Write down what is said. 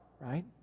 Right